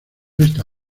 esta